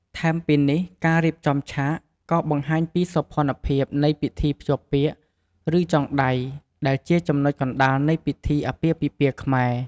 ថែមពីនេះការរៀបចំឆាក ក៏បង្ហាញពីសោភ័ណភាព នៃពិធី ភ្ជាប់ពាក្យ ឬ ចងដៃ ដែលជាចំណុចកណ្ដាលនៃពិធីអាពាហ៍ពិពាហ៍ខ្មែរ។